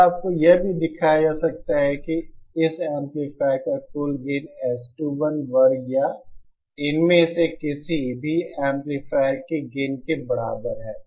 और आपको यह भी दिखाया जा सकता है कि इस एम्पलीफायर का कुल गेन S21 वर्ग या इनमें से किसी भी एम्पलीफायर के गेन के बराबर है